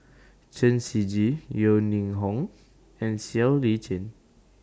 Chen Shiji Yeo Ning Hong and Siow Lee Chin